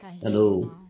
Hello